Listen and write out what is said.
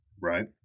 right